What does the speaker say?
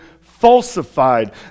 falsified